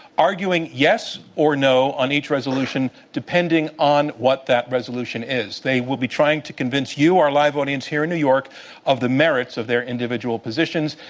arguing yes or no on each resolution depending on what that resolution is. they will be trying to convince you, our live audience here in new york of the merits of their individual positions.